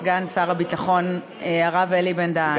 סגן שר הביטחון הרב אלי בן-דהן.